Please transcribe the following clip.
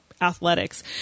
athletics